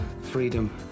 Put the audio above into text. freedom